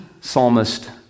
psalmist